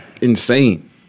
insane